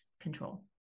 control